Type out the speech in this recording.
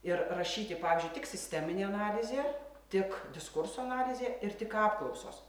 ir rašyti pavyzdžiui tik sisteminė analizė tik diskurso analizė ir tik apklausos